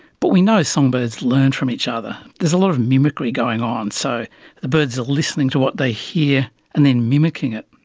but we know songbirds learn from each other, there's a lot of mimicry going on, so the birds are listening to what they hear and then mimicking it.